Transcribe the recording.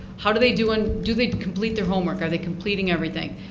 how do they do and do they complete their homework? are they completing everything?